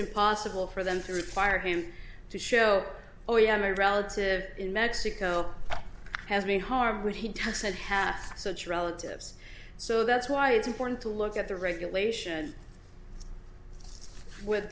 impossible for them to require him to show oh yeah my relative in mexico has me harbored he doesn't have such relatives so that's why it's important to look at the regulation with